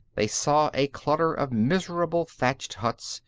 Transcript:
they saw a clutter of miserable thatched huts,